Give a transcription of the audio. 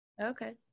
Okay